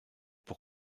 pour